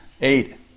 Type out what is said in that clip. eight